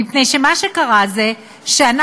מפני שמה שקרה זה שאנחנו,